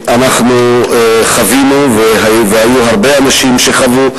שחווינו והיו הרבה אנשים שחוו,